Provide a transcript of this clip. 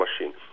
machine